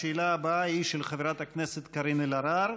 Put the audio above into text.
השאלה הבאה היא של חברת הכנסת קארין אלהרר,